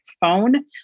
phone